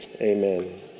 amen